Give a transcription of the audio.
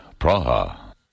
Praha